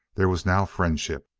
there was now friendship.